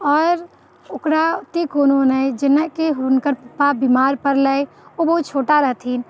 आओर ओकरा ओतेक कोनो नहि जेनाकि हुनकर पप्पा बीमार पड़लै ओ बहुत छोटा रहथिन